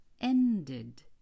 ended